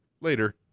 Later